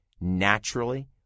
naturally